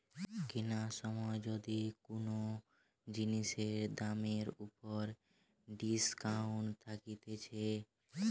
কিনার সময় যদি কুনো জিনিসের দামের উপর ডিসকাউন্ট থাকছে